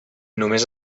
només